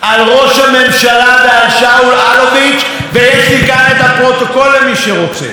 קיבלתי החלטה לא לחלק את הכסף לציבור כמו אביונים,